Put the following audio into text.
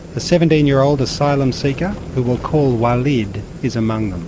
a seventeen year old asylum seeker who we'll call walid is among